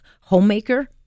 homemaker